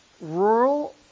rural